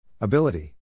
Ability